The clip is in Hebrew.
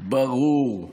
ברור,